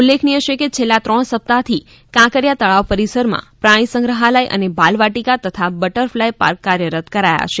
ઉલ્લેખનીય છે કે છેલ્લા ત્રણ સપ્તાહથી કાંકરિયા તળાવ પરિસરમાં પ્રાણીસંગ્રહાલય અને બાલવાટિકા તથા બટરફ્લાય પાર્ક કાર્યરત કરાયા છે